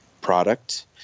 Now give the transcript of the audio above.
product